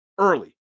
Early